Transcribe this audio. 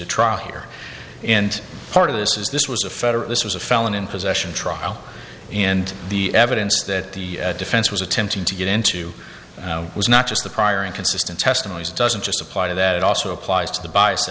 a trial here and part of this is this was a federal this was a felon in possession trial and the evidence that the defense was attempting to get into was not just the prior inconsistent testimonies doesn't just apply that also applies to the b